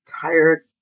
tired